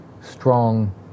strong